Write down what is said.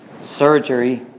surgery